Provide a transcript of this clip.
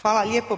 Hvala lijepo.